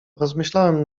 rozmyślałem